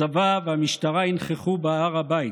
הצבא והמשטרה ינכחו בהר הבית.